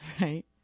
right